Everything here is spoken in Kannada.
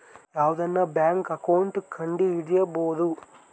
ಯಾವ್ದನ ಬ್ಯಾಂಕ್ ಅಕೌಂಟ್ ಕಂಡುಹಿಡಿಬೋದು